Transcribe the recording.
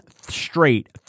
straight